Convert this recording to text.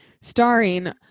starring